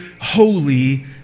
holy